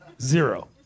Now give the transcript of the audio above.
Zero